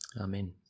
amen